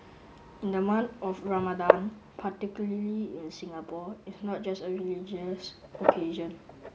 in the month of Ramadan particularly in Singapore it's not just a religious occasion